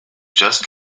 just